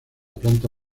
planta